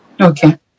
Okay